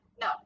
No